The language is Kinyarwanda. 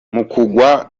mukungwa